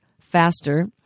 faster